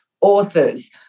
authors